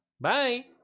bye